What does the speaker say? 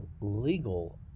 legal